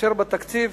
כאשר בתקציב